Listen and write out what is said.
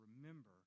remember